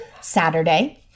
Saturday